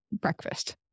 breakfast